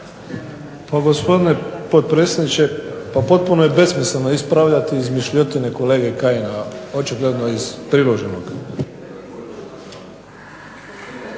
Gospodine potpredsjedniče, potpuno je besmisleno ispravljati izmišljotine kolege Kajina, očigledno je iz priloženog.